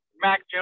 Mac